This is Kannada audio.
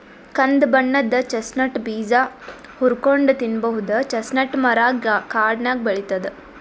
ಕಂದ್ ಬಣ್ಣದ್ ಚೆಸ್ಟ್ನಟ್ ಬೀಜ ಹುರ್ಕೊಂನ್ಡ್ ತಿನ್ನಬಹುದ್ ಚೆಸ್ಟ್ನಟ್ ಮರಾ ಕಾಡ್ನಾಗ್ ಬೆಳಿತದ್